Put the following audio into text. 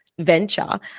venture